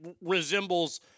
resembles